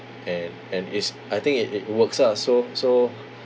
and and it's I think it it works lah so so